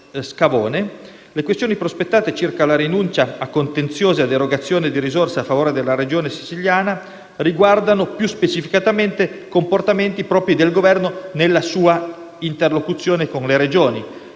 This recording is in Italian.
le questioni prospettate circa la rinuncia a contenziosi e le erogazioni di risorse in favore della Regione Siciliana riguardano più specificatamente comportamenti propri del Governo nella sua interlocuzione con le Regioni.